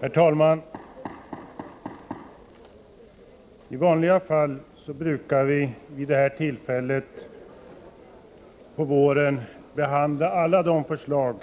Herr talman! I vanliga fall brukar vi vid detta tillfälle behandla alla de förslag